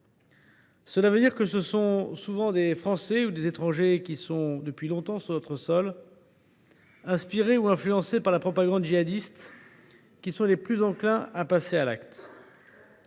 Ce sont en effet souvent des Français ou des étrangers présents depuis longtemps sur notre sol, inspirés ou influencés par la propagande djihadiste, qui sont le plus enclins à passer à l’acte.